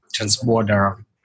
transborder